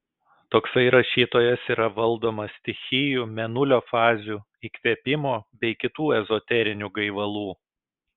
toksai rašytojas yra valdomas stichijų mėnulio fazių įkvėpimo bei kitų ezoterinių gaivalų